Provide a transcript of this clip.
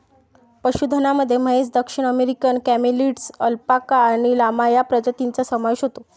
पशुधनामध्ये म्हैस, दक्षिण अमेरिकन कॅमेलिड्स, अल्पाका आणि लामा या प्रजातींचा समावेश होतो